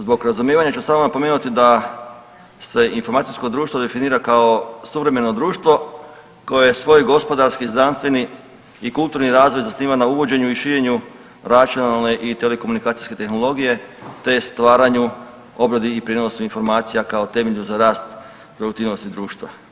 Zbog razumijevanja ću samo napomenuti da se informacijsko društvo definira kao suvremeno društvo koje je svoj gospodarski, znanstveni i kulturni razvoj zasniva na uvođenju i širenju računalne i telekomunikacijske tehnologije te stvaranju, obradi i prijenosu informacija kao temelju za rast produktivnosti društva.